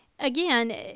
Again